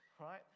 Right